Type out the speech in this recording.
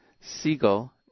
Siegel